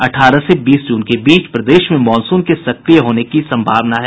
अठारह से बीस जून के बीच प्रदेश में मानसून के सक्रिय होने की संभावना है